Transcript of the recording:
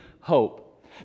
hope